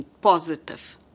positive